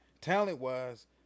talent-wise